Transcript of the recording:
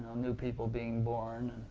new people being born?